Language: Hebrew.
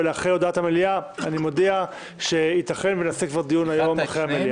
ואחרי המליאה אני מודיע שייתכן שנעשה דיון עוד היום.